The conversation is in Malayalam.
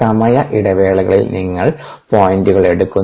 സമയ ഇടവേളകളിൽ നിങ്ങൾ പോയിന്റുകൾ എടുക്കുന്നു